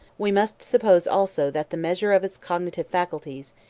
we must suppose also that the measure of its cognitive faculties,